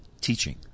teaching